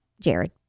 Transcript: Jared